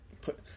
put